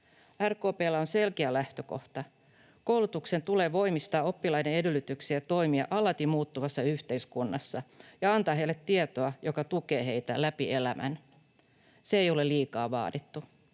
RKP:llä on selkeä lähtökohta: koulutuksen tulee voimistaa oppilaiden edellytyksiä toimia alati muuttuvassa yhteiskunnassa ja antaa heille tietoa, joka tukee heitä läpi elämän. Se ei ole liikaa vaadittu.